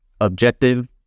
objective